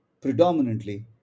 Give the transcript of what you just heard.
predominantly